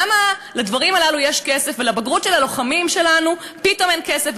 למה לדברים הללו יש כסף ולבגרות של הלוחמים שלנו פתאום אין כסף,